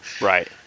Right